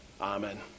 Amen